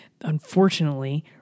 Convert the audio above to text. unfortunately